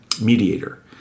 mediator